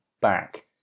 back